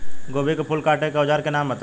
गोभी के फूल काटे के औज़ार के नाम बताई?